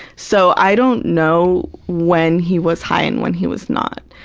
so i don't know when he was high and when he was not.